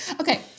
Okay